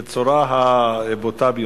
ועושים את זה בצורה הבוטה ביותר.